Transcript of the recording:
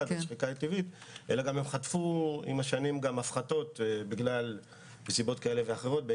אלא הם חטפו עם השנים גם הפחתות מסיבות כאלה ואחרות.